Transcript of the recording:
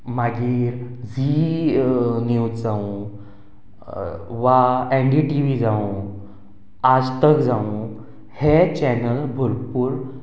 मागीर Zee news जावं वा एन डी टि वी जावं आज तक जावं हे चॅनल भरपूर